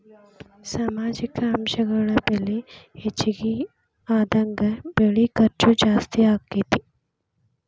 ಸಾಮಾಜಿಕ ಅಂಶಗಳ ಬೆಲೆ ಹೆಚಗಿ ಆದಂಗ ಬೆಳಿ ಖರ್ಚು ಜಾಸ್ತಿ ಅಕ್ಕತಿ